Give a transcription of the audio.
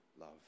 love